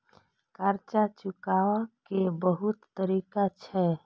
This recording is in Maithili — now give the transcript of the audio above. कर्जा चुकाव के बहुत तरीका छै?